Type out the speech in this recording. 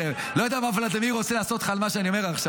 אני לא יודע מה ולדימיר רוצה לעשות לך על מה שאני אומר לך עכשיו.